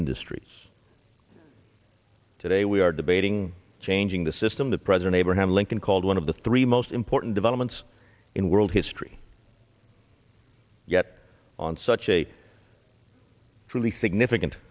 industries today we are debating changing the system that president abraham lincoln called one of the three most important developments in world history yet on such a truly significant